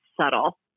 subtle